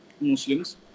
Muslims